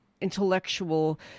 intellectual